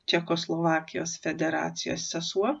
čekoslovakijos federacijos sesuo